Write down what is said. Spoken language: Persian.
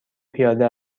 پیاده